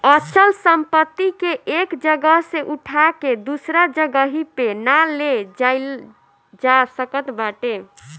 अचल संपत्ति के एक जगह से उठा के दूसरा जगही पे ना ले जाईल जा सकत बाटे